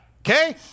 okay